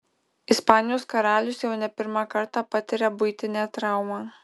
ispanijos karalius jau ne pirmą kartą patiria buitinę traumą